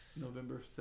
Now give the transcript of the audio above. November